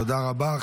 תודה רבה.